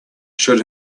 should